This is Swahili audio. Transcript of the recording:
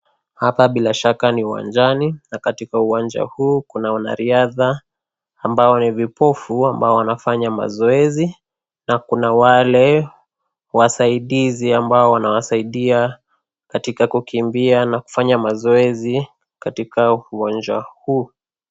Hapa bila shaka ni uwanjani na katika uwanja huu, kuna wanariadha ambao ni vipofu ambao wanafanya mazoezi na kuna wale wasaidizi, ambao wanawasaidia katika kukimbia na kufanya mazoezi katika uwanja huu.